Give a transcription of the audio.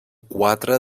quatre